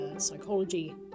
psychology